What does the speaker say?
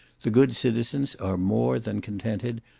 the good citizens are more than contented,